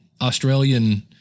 Australian